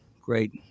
great